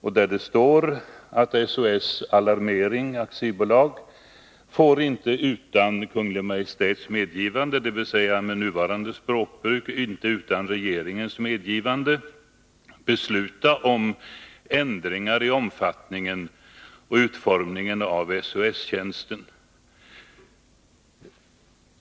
I avtalet står det att SOS Alarmering AB inte utan Kungl. Maj:ts medgivande — dvs. med nuvarande språkbruk inte utan regeringens medgivande — får besluta om ändringar i omfattningen och utformningen av SOS-tjänsten.